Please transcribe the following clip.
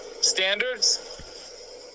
standards